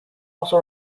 also